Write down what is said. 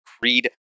Creed